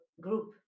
group